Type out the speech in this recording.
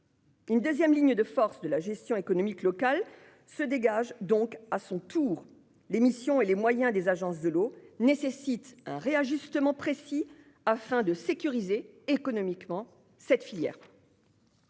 Une deuxième ligne de force de la gestion économique locale se dégage donc à son tour : les missions et les moyens des agences de l'eau nécessitent un réajustement précis destiné à sécuriser économiquement cette filière.